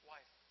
Wife